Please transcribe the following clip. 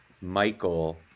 Michael